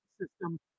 system